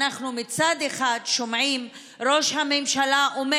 מצד אחד אנחנו שומעים את ראש הממשלה אומר